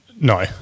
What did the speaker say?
No